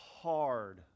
hard